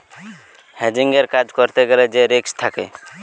হেজিংয়ের কাজ করতে গ্যালে সে রিস্ক থাকে